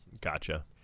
Gotcha